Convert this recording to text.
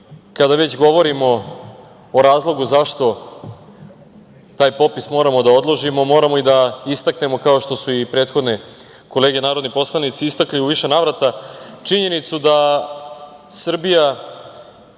kada već govorimo o razlogu zašto taj popis moramo da odložimo, moramo da istaknemo, kao što su i prethodne kolege narodni poslanici istakli u više navrata, činjenicu da je Srbija